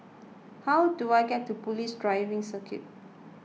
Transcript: how do I get to Police Driving Circuit